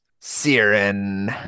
Siren